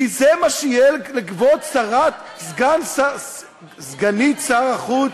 כי זה מה שיהיה לכבוד סגנית שר החוץ,